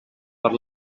per